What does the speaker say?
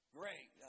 great